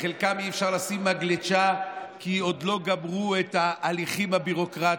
לחלקם אי-אפשר לשים מגלשה כי עוד לא גמרו את ההליכים הביורוקרטיים.